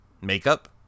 makeup